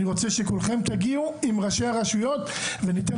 אני רוצה שכולכם תגיעו עם ראשי הרשויות וניתן